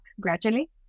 gradually